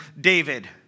David